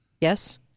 Yes